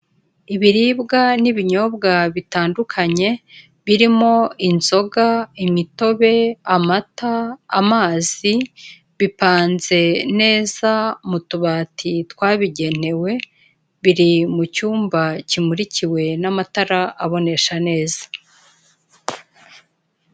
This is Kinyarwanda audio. Ibiribwa n'ibinyobwa bitandukanye, birimo inzoga, imitobe, amata, amazi, bipanze neza mu tubati twabigenewe, biri mu cyumba kimurikiwe n'amatara abonesha neza.